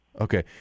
Okay